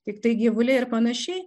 tiktai gyvuliai ir panašiai